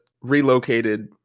relocated